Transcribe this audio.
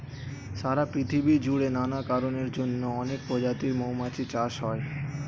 সারা পৃথিবী জুড়ে নানা কারণের জন্যে অনেক প্রজাতির মৌমাছি চাষ হয়